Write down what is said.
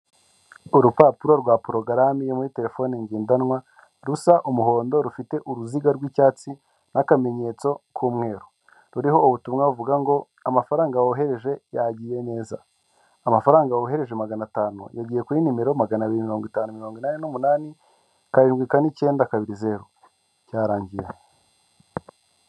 urupapuro rwa porogaramu yo muri terefone ngendanwa rusa umuhondo, rufite uruziga rw'icyatsi, n'akamenyetso k'umweru, ruriho ubutumwa buvuga ngo amafaranga wohereje yagiye neza, amafaranga wohereje magana atanu, yagiye kuri nimero magana abiri mirongo itanu, mirongo inani n'umunani karindwi kane icyenda kabiri zeru, byarangiye.